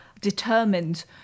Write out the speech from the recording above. determined